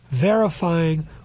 verifying